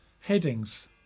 headings